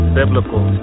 biblical